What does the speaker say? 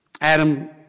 Adam